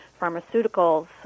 pharmaceuticals